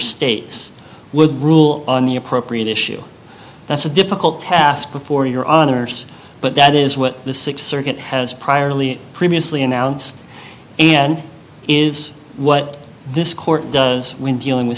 states would rule on the appropriate issue that's a difficult task before your honor's but that is what the sixth circuit has prior previously announced and is what this court does when dealing with